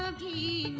ah the